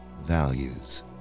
values